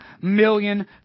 million